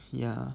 ya